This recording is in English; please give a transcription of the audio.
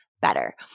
better